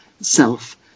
self